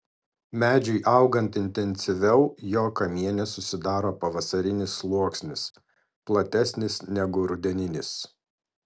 medžiui augant intensyviau jo kamiene susidaro pavasarinis sluoksnis platesnis negu rudeninis